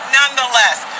nonetheless